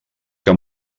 que